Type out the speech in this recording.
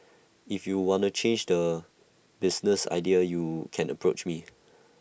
if you wanna change the business idea you can approach me